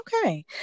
okay